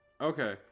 Okay